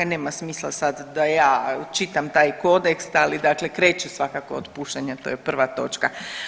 Nema smisla da ja sad čitam taj kodeks, ali dakle kreće svakako od pušenja to je prva točka.